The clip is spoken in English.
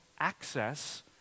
access